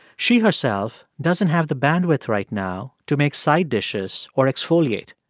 she herself doesn't have the bandwidth right now to make side dishes or exfoliate.